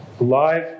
Alive